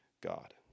God